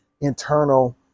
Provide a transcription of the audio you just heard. internal